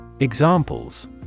Examples